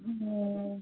হুম